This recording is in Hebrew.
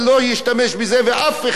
אף אחד לא ישתמש בזה.